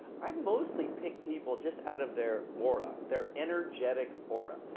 i mostly pick people just out of their aura their energetic aura,